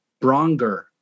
Bronger